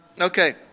Okay